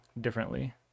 differently